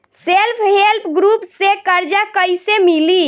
Self help group से कर्जा कईसे मिली?